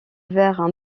vert